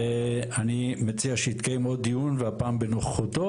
ואני מציע שיתקיים עוד דיון והפעם בנוכחותו